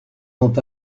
ont